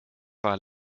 war